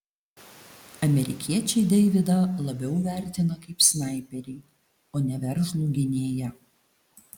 amerikiečiai deividą labiau vertina kaip snaiperį o ne veržlų gynėją